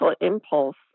impulse